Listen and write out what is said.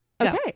Okay